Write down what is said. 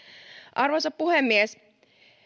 arvoisa puhemies